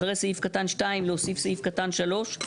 אחרי סעיף קטן (2), להוסיף סעיף קטן (3),